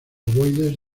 ovoides